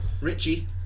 Richie